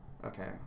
Okay